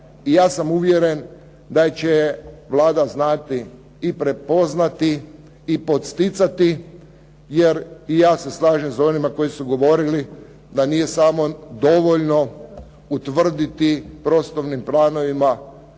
i ja sam uvjeren da će Vlada znati i prepoznati i podsticati. Jer i ja se slažem s onima koji su govorili da nije samo dovoljno utvrditi prostornim planovima